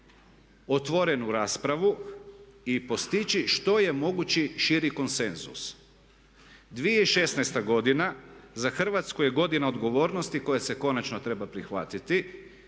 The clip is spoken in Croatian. otvorenu raspravu i postići što je mogući širi konsenzus. 2016. godina za Hrvatsku je godina odgovornosti koje se konačno treba prihvatiti.